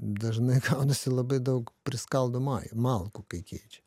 dažnai gaunasi labai daug priskaldo malkų kai keičia